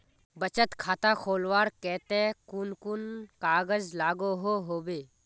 बचत खाता खोलवार केते कुन कुन कागज लागोहो होबे?